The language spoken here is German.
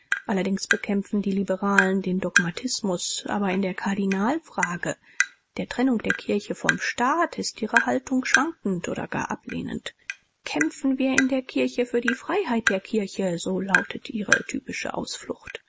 allerdings bekämpfen die liberalen den dogmatismus aber in der kardinalfrage der trennung der kirche vom staat ist ihre haltung schwankend oder gar ablehnend kämpfen wir in der kirche für die freiheit der kirche so lautet ihre typische ausflucht